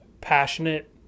passionate